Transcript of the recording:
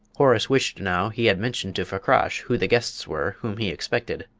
horace wished now he had mentioned to fakrash who the guests were whom he expected,